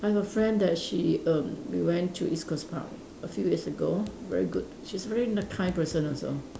I've a friend that she err we went to east coast park a few years ago very good she's very ni~ kind person also